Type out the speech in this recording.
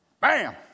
Bam